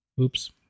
Oops